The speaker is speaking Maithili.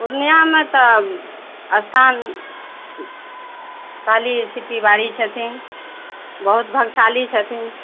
पूर्णियामे तऽ स्थान काली सिटी बाड़ी छथिन बहुत भाग्यशाली छथिन